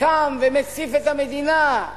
קם ומציף את המדינה,